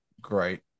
great